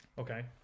okay